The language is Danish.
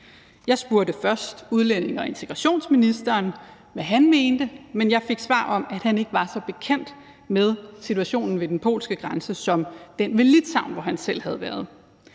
Jeg spurgte først udlændinge- og integrationsministeren, hvad han mente, men jeg fik det svar, at han ikke var så bekendt med situationen ved den polske grænse som med den ved Litauen, hvor han selv havde været.